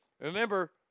Remember